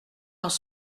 dans